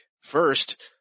first